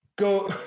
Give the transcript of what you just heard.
go